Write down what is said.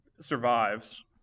survives